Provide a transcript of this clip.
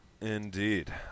Indeed